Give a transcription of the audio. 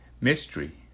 mystery